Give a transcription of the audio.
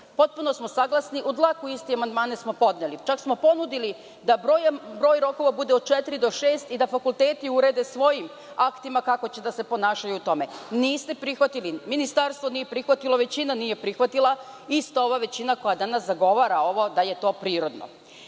Potpuno smo saglasni, u dlaku iste amandmane smo podneli. Čak smo ponudili da broj rokova bude od četiri do šest i da fakulteti urede svojim aktima kako će da se ponašaju u tome. Niste prihvatili. Ministarstvo nije prihvatilo, većina nije prihvatila, ista ova većina koja danas zagovara ovo da je to prirodno. Da